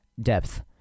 depth